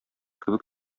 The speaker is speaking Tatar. кебек